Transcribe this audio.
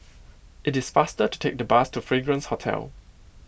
it is faster to take the bus to Fragrance Hotel